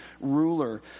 ruler